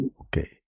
Okay